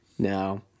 No